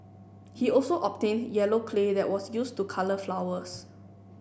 he also obtained yellow clay that was used to colour flowers